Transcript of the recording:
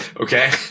Okay